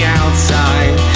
outside